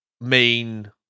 main